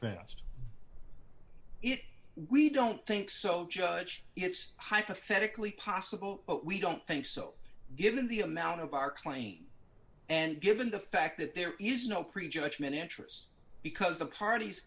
it we don't think so judge it's hypothetically possible we don't think so given the amount of our claim and given the fact that there is no prejudgment interests because the parties